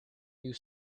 you